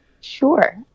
Sure